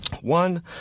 One